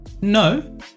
no